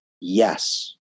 Yes